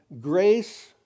grace